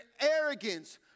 arrogance